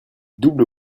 double